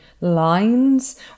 lines